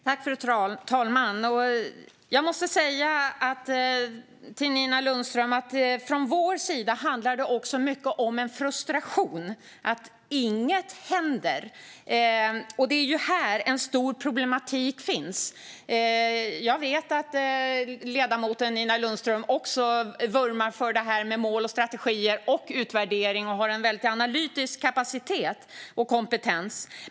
Fru talman! Jag måste säga till Nina Lundström att det från vår sida till stor del handlar om en frustration över att inget händer. Det är där det finns en stor problematik. Jag vet att ledamoten Nina Lundström också vurmar för det här med mål, strategier och utvärdering och att hon har en god analytisk kapacitet och kompetens.